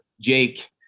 Jake